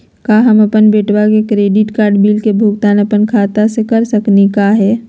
का हम अपन बेटवा के क्रेडिट कार्ड बिल के भुगतान अपन खाता स कर सकली का हे?